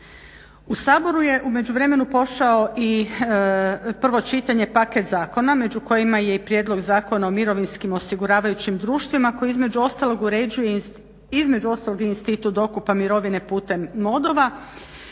U Saboru je u međuvremenu pošao u prvo čitanje i paket zakona među kojima je i prijedlog Zakona o mirovinskim osiguravajućim društvima koji između ostalog uređuje i institut dokupa mirovine putem MOD-ova